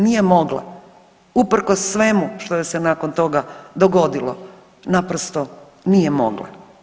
Nije mogla usprkos svemu što joj se nakon toga dogodilo, naprosto nije mogla.